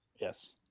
Yes